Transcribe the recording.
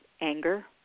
anger